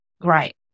great